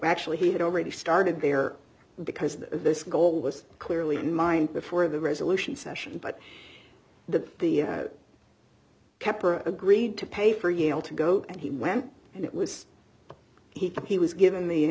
actually he had already started there because the goal was clearly in mind before the resolution session but the the keppra agreed to pay for yale to go and he went and it was he thought he was given the